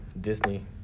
Disney